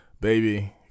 Baby